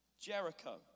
Jericho